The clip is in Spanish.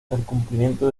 cumplimiento